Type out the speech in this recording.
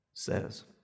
says